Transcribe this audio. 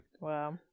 Wow